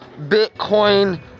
bitcoin